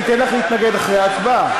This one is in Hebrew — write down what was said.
אני אתן לך להתנגד אחרי ההצבעה.